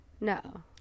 No